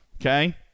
okay